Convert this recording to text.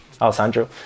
Alessandro